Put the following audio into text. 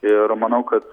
ir manau kad